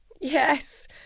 Yes